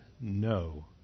No